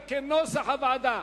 קבוצת סיעת קדימה,